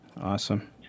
Awesome